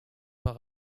par